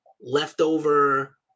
leftover